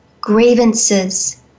grievances